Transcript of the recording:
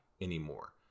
anymore